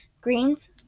greens